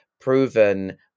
proven